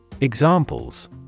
Examples